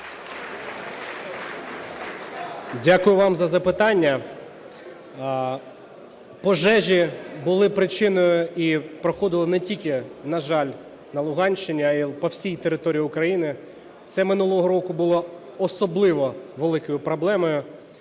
Дякую вам за запитання. Пожежі були причиною і проходили не тільки, на жаль, на Луганщині, але і по всій території України. Це минулого року було особливо великою проблемою.